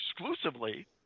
exclusively